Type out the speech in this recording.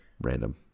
random